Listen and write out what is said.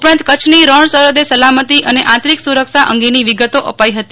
ઉપરાંત કચ્છની રણ સરહદે સલામતી અને નાગરિક સુરક્ષા અંગેની વિગતો અપાઈ હતી